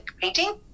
painting